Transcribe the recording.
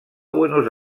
buenos